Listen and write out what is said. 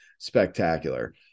Spectacular